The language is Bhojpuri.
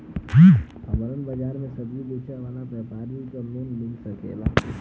हमर बाजार मे सब्जी बेचिला और व्यापार लोन मिल सकेला?